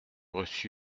reçu